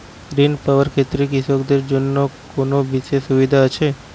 ঋণ পাওয়ার ক্ষেত্রে কৃষকদের জন্য কোনো বিশেষ সুবিধা আছে?